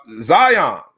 zion